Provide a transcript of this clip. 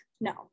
no